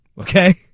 okay